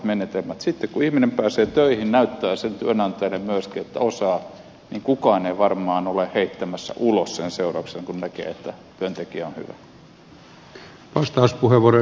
sitten kun ihminen pääsee töihin näyttää sen työnantajalle myöskin että osaa niin kukaan ei varmaan ole heittämässä ulos sen seurauksena kun näkee että työntekijä on hyvä